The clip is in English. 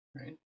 right